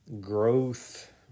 growth